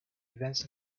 events